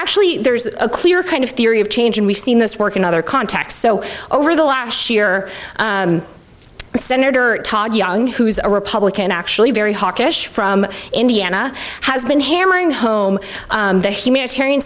actually there's a clear kind of theory of change and we've seen this work in other contexts so over the last year senator todd young who is a republican actually very hawkish from indiana has been hammering home the humanitarian